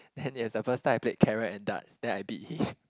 then it was the first time I played carom and darts then I beat him